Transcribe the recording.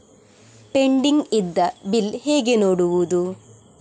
Pending ಇದ್ದ bill ಹೇಗೆ ನೋಡುವುದು?